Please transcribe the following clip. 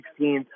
2016